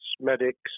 medics